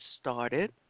started